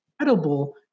incredible